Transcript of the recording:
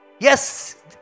Yes